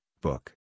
book